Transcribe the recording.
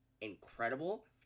incredible